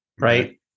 right